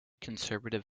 conservative